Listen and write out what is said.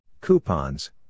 Coupons